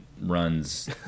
runs